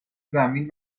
زمین